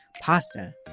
pasta